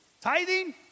Tithing